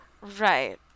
Right